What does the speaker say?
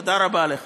תודה רבה לך,